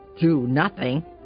do-nothing